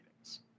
meetings